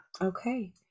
okay